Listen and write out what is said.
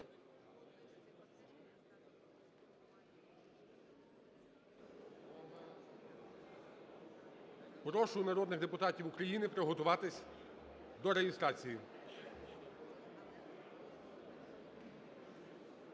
Прошу народних депутатів України приготуватись до реєстрації.